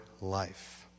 life